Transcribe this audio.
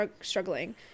struggling